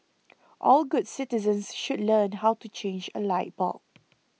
all good citizens should learn how to change a light bulb